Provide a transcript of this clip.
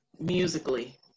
musically